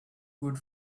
good